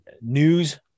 news